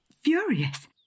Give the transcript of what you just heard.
furious